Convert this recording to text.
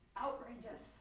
outrageous.